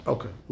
Okay